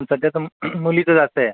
पण सध्या तर मुलीचं जास्त आहे